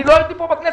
אני לא הייתי פה בכנסת.